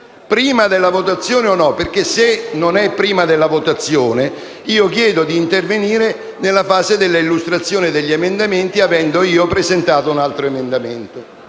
Prima della votazione o no? Se non è prima della votazione, chiedo di intervenire nella fase dell'illustrazione degli emendamenti avendo io presentato un altro emendamento.